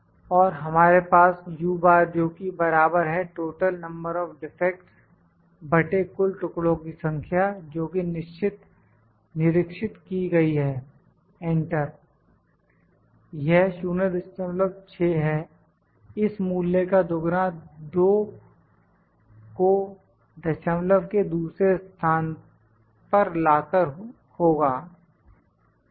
और हमारे पास जोकि बराबर है टोटल नंबर ऑफ डिफेक्ट्स बटे कुल टुकड़ों की संख्या जोकि निरीक्षित की गई है एंटर यह 06 है इस मूल्य का दुगना दो को दशमलव के दूसरे स्थान पर ला कर होगा ठीक है